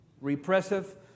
Repressive